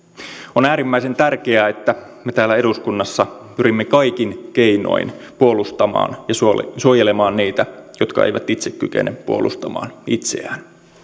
on äärimmäisen tärkeää että me täällä eduskunnassa pyrimme kaikin keinoin puolustamaan ja suojelemaan niitä jotka eivät itse kykene puolustamaan itseään